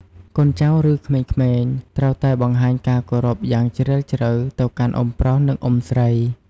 កូនចៅ ឬក្មេងៗ ត្រូវតែបង្ហាញការគោរពយ៉ាងជ្រាលជ្រៅទៅកាន់អ៊ុំប្រុស និង អ៊ុំស្រី។